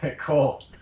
Cool